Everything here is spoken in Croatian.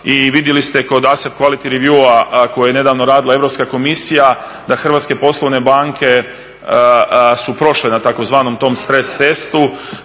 govori engleski, ne razumije se./… koji je nedavno radila Europska komisija da hrvatske poslovne banke su prošle na tzv. tom stres testu,